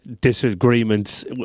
disagreements